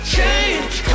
Change